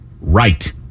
right